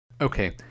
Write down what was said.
Okay